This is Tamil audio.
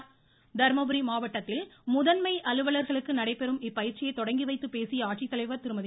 பயிற்சி தொடர்ச்சி தர்மபுரி மாவட்டத்தில் முதன்மை அலுவலர்களுக்கு நடைபெறும் இப்பயிற்சியை தொடங்கி வைத்த பேசிய ஆட்சித்தலைவா் திருமதி